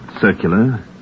Circular